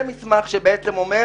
זה מסמך שאומר: